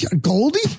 Goldie